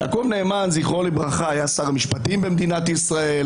יעקב נאמן ז"ל היה שר המשפטים במדינת ישראל,